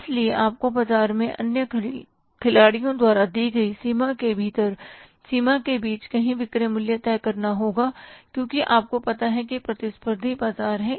इसलिए आपको बाजार में अन्य खिलाड़ियों द्वारा दी गई सीमा के भीतर सीमा के बीच कहीं विक्रय मूल्य तय करना होगा क्योंकि आप को पता है कि प्रतिस्पर्धी बाजार हैं